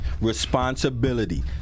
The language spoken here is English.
responsibility